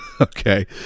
Okay